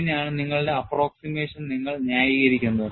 ഇങ്ങനെയാണ് നിങ്ങളുടെ approximation നിങ്ങൾ ന്യായീകരിക്കുന്നത്